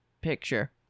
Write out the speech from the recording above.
picture